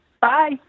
Bye